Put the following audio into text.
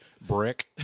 brick